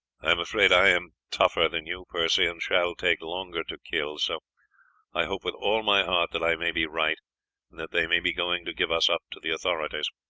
i am afraid i am tougher than you, percy, and shall take longer to kill, so i hope with all my heart that i may be right, and that they may be going to give us up to the authorities.